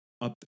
up